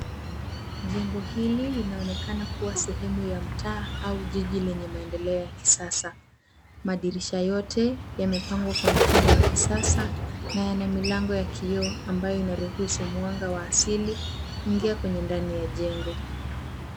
Jengo hili linaonekana kua sehemu ya mtaa au jiji lenye maendeleo ya kisasa. Madirisha yote yamepangwa kwa mtindo wa kisasa, na yana milango ya kioo ambayo inaruhusu mwanga wa asili kuingia kwenye ndani ya jengo.